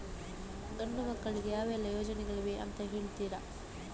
ಗಂಡು ಮಕ್ಕಳಿಗೆ ಯಾವೆಲ್ಲಾ ಯೋಜನೆಗಳಿವೆ ಅಂತ ಹೇಳ್ತೀರಾ?